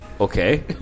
Okay